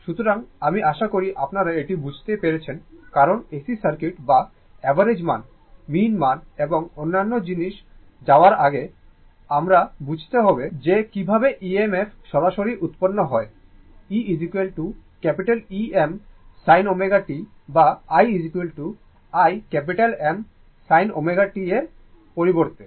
সুতরাং আমি আশা করি আপনারা এটি বুঝতে পেরেছেন কারণ AC সার্কিট বা অ্যাভারেজ মান মিন মান এবং অন্যান্য জিনিসে যাওয়ার আগে আমরা বুঝবো যে কীভাবে EMF সরাসরি উৎপন্ন হয় e Em sin ω t বা i i M sin ω t এর পরিবর্তে